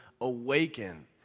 awaken